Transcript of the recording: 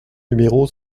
numéro